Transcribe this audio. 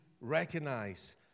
recognize